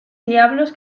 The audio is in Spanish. diablos